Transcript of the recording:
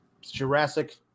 Jurassic